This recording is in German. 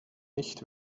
nicht